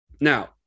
now